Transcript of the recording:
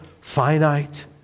finite